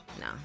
no